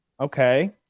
okay